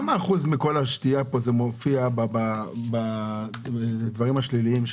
איזה אחוז מכל השתייה פה מופיע בהיבטים השליליים שלו?